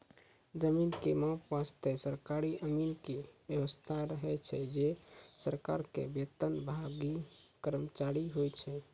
जमीन के माप वास्तॅ सरकारी अमीन के व्यवस्था रहै छै जे सरकार के वेतनभागी कर्मचारी होय छै